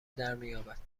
درمیابد